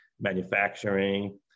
manufacturing